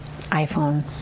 iPhone